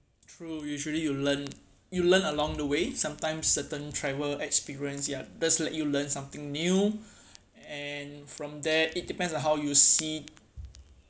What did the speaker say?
true usually you learn you learn along the way sometimes certain travel experience ya that lets you learn something new and from there it depends on how you see